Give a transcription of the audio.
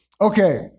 Okay